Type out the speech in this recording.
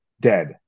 dead